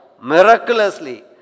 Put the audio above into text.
miraculously